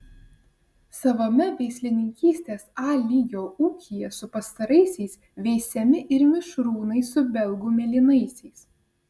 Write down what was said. savame veislininkystės a lygio ūkyje su pastaraisiais veisiami ir mišrūnai su belgų mėlynaisiais